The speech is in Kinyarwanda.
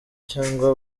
cyangwa